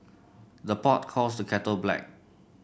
the pot calls the kettle black